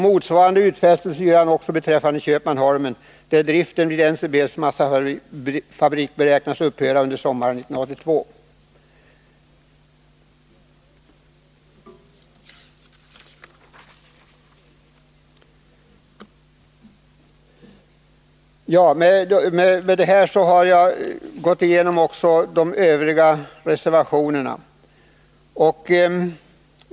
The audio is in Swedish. Motsvarande utfästelse gör han beträffande Köpmanholmen, där driften vid NCB:s massafabrik beräknas upphöra under sommaren 1982. Med detta har jag också gått igenom övriga reservationer.